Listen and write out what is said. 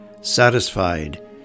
Satisfied